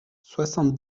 soixante